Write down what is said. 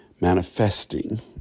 manifesting